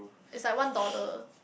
is like one dollar